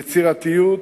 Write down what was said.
יצירתיות,